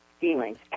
feelings